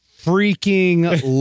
freaking